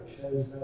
shows